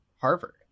Harvard